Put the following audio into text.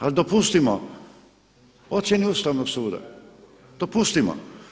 Ali dopustimo ocjeni Ustavnog suda, dopustimo.